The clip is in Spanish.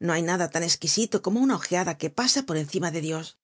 no hay nada tan esquisito como una ojeada que pasa por encima de dios